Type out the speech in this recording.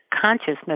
consciousness